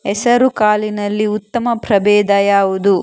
ಹೆಸರುಕಾಳಿನಲ್ಲಿ ಉತ್ತಮ ಪ್ರಭೇಧ ಯಾವುದು?